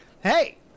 hey